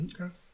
Okay